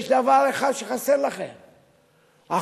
יש דבר אחד שחסר לכם, החוצפה.